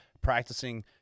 practicing